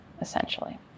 essentially